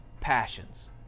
passions